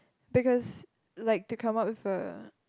because like to come up with a